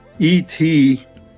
ET